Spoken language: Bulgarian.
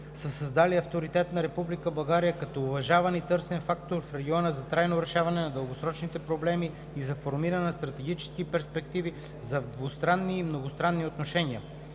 са създали авторитет на Република България като уважаван и търсен фактор в региона за трайно решаване на дългосрочни проблеми и за формиране на стратегически перспективи за двустранни и многостранни отношения.